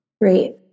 Great